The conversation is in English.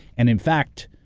and in fact,